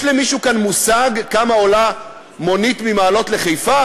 יש למישהו כאן מושג כמה עולה מונית ממעלות לחיפה?